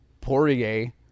Poirier